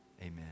Amen